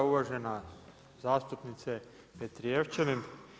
Uvažena zastupnice Petrijevčanin.